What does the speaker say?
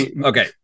Okay